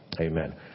Amen